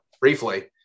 briefly